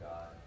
God